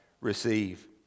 receive